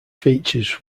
features